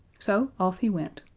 so off he went.